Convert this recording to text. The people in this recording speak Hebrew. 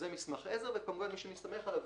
זה מסמך עזר ומי שמסתמך עליו,